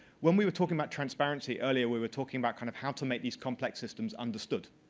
when we were talking about transparency earlier, we were talking about kind of how to make these complex systems understood.